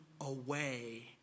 away